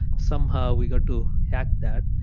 somehow we go to hack that,